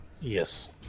Yes